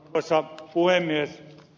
arvoisa puhemies